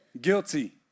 guilty